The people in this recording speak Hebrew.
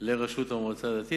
לרשות המועצה הדתית,